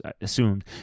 assumed